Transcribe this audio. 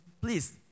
please